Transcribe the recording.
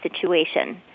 situation